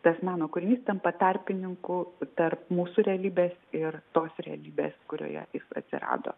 tas meno kūrinys tampa tarpininku tarp mūsų realybės ir tos realybės kurioje jis atsirado